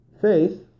Faith